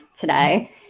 today